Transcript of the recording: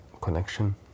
Connection